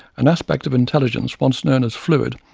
an aspect of intelligence once known as fluid,